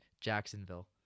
Jacksonville